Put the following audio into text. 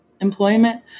employment